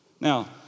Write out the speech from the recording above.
Now